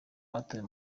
batawe